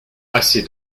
assez